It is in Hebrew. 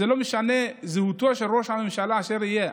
לא משנה זהותו של ראש הממשלה אשר יהיה,